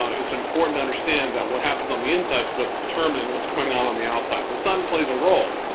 it's important to understand that what happens on the inside is what's determining what's going on on the outside. the sun plays a role,